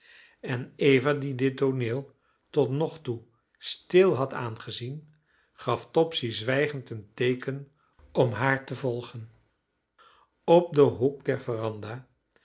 en eva die dit tooneel tot nog toe stil had aangezien gaf topsy zwijgend een teeken om haar te volgen op den hoek der veranda